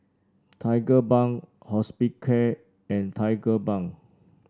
Tigerbalm Hospicare and Tigerbalm